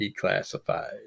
declassified